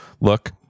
look